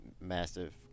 massive